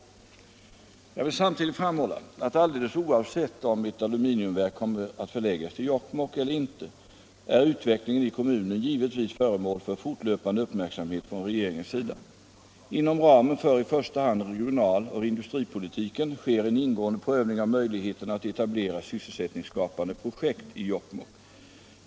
Jag vill samtidigt framhålla att alldeles oavsett om ett aluminiumverk kommer att förläggas till Jokkmokk eller inte är utvecklingen i kommunen givetvis föremål för fortlöpande uppmärksamhet från regeringens sida. Inom ramen för i första hand regionaloch industripolitiken sker en ingående prövning av möjligheterna att etablera sysselsättningsskapande projekt i Jokkmokk.